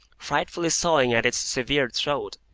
frightfully sawing at its severed throat,